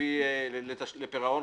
יותר מזה,